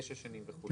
תשע שנים וכולי.